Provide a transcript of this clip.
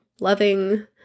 loving